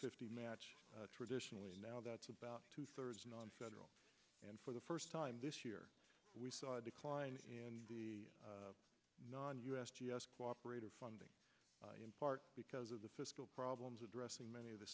fifty match traditionally now that's about two thirds on federal and for the first time this year we saw a decline in the non u s g s cooperative funding in part because of the fiscal problems addressing many of the